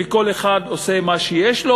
וכל אחד עושה מה שיש לו,